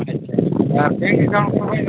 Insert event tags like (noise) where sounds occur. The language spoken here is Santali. ᱟᱪᱪᱷᱟ ᱟᱨ (unintelligible)